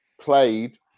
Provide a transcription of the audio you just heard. played